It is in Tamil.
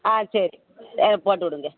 ஆ சரி ஆ போட்டு விடுங்க